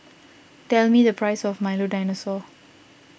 tell me the price of Milo Dinosaur